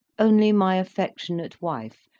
only my affec tionate wife,